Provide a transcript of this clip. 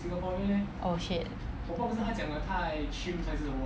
oh shit